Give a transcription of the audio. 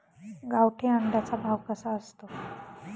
गावठी अंड्याचा भाव कसा असतो?